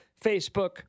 Facebook